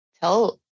tell